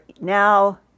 now